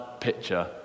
picture